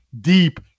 deep